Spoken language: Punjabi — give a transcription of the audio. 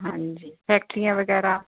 ਹਾਂਜੀ ਫੈਕਟਰੀਆਂ ਵਗੈਰਾ